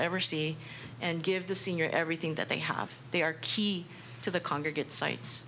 ever see and give the senior everything that they have they are key to the congregants sites